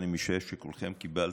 ואני משער שכולכם קיבלתם.